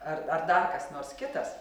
ar ar dar kas nors kitas